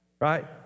Right